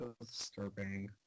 disturbing